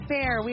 Fair